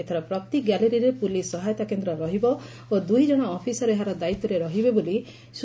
ଏଥର ପ୍ରତି ଗ୍ୟାଲେରୀରେ ପୁଲିସ୍ ସହାୟତା କେନ୍ଦ୍ର ରହିବ ଓ ଦୁଇ ଜଶ ଅଫିସର ଏହାର ଦାୟିତ୍ୱରେ ରହିବେ ବୋଲି ସ୍ଟଚନା ମିଳିଛି